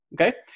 okay